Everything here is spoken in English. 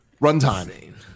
runtime